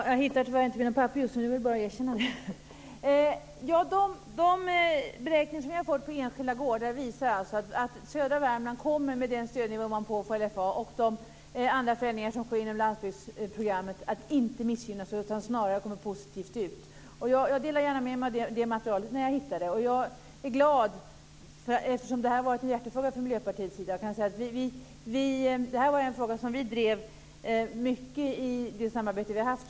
Herr talman! Jag får erkänna att jag just nu inte hittar igen mina papper om detta. De beräkningar som vi har fått för enskilda gårdar visar att södra Värmland med den stödnivå de får och med de andra förändringar som sker i landsbygdsprogrammet inte kommer att missgynnas utan snarare kommer att vinna på omläggningen. Jag delar gärna med mig av materialet när jag hittar igen det. Det här har varit en hjärtefråga för Miljöpartiet, och vi har drivit den mycket i det samarbete som vi har haft.